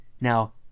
now